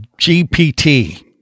GPT